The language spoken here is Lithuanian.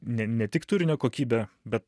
ne ne tik turinio kokybe bet